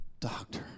doctor